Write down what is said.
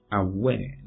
aware